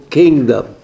kingdom